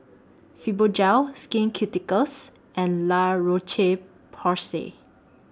Fibogel Skin Ceuticals and La Roche Porsay